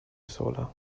sola